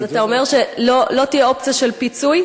אז אתה אומר שלא תהיה אופציה של פיצוי?